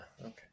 Okay